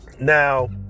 Now